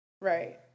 Right